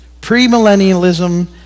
pre-millennialism